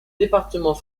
département